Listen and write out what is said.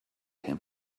him